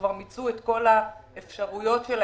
שאולי כבר מיצו את כל האפשרויות שלהם,